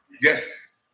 Yes